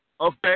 okay